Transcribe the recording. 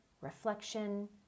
reflection